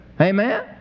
Amen